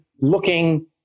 looking